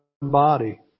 body